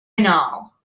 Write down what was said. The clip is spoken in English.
banal